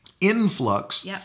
influx